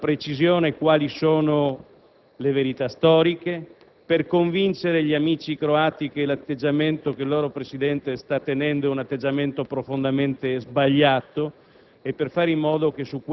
chiarire con precisione quali sono le verità storiche, per convincere gli amici croati che l'atteggiamento che il loro Presidente sta tenendo è profondamente sbagliato